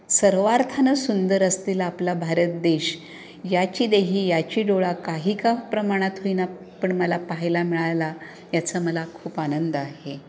सर्वार्थानं सुंदर असलेला आपला भारत देश याची देही याची डोळा काही का प्रमाणात होईना पण मला पाहायला मिळायला याचं मला खूप आनंद आहे